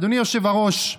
אדוני היושב-ראש,